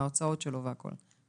מההוצאות שלו והכל,